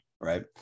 Right